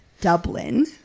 Dublin